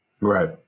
Right